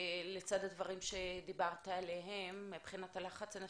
עם מה הן מתמודדות לצד הדברים שדיברת עליהם מבחינת הלחץ הנפשי,